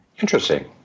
Interesting